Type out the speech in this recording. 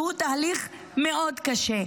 שהוא תהליך מאוד קשה.